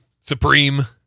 supreme